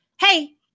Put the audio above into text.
hey